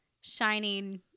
shining